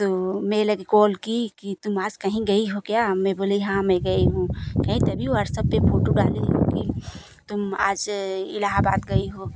तो मेरे लगे कॉल की कि तुम आज कहीं गई हो क्या मैं बोली हाँ मैं गई हूँ कहे तभी व्हाट्सअप पर फोटू डाली होगी तुम आज इलाहाबाद गई हो